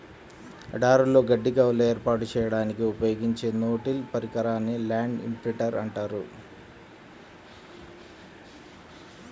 ఎడారులలో గడ్డి కవర్ను ఏర్పాటు చేయడానికి ఉపయోగించే నో టిల్ పరికరాన్నే ల్యాండ్ ఇంప్రింటర్ అంటారు